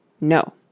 No